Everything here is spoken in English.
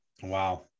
wow